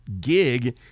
gig